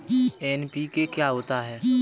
NPK क्या होता है?